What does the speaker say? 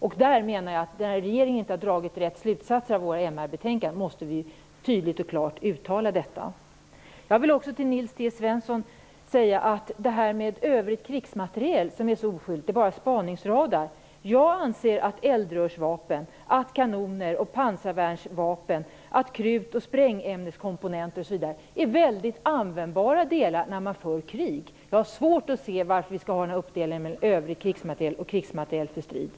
I de fall där regeringen inte har dragit rätt slutsatser av våra MR betänkanden måste vi klart påtala detta. Nils T Svensson menade att begreppet övrig krigsmateriel är så oskyldigt - det är bara spaningsradar. Men jag anser att eldrörsvapen, kanoner, pansarvärnsvapen, krut och sprängämneskomponenter osv. är användbara delar när man för krig. Jag har svårt att se varför vi skall ha den här uppdelningen i övrig krigsmateriel och krigsmateriel för strid.